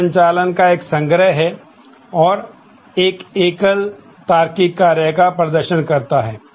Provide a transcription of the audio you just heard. यह संचालन का एक संग्रह है और एक एकल तार्किक कार्य का प्रदर्शन करता है